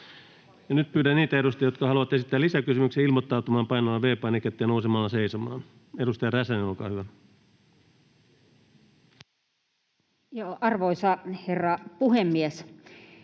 nyt pyydän niitä edustajia, jotka haluavat esittää lisäkysymyksiä, ilmoittautumaan painamalla V-painiketta ja nousemalla seisomaan. — Edustaja Räsänen, olkaa hyvä. [Speech 105] Speaker: